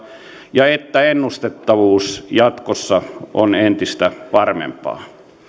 ja että ennustettavuus jatkossa on entistä varmempaa